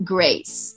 Grace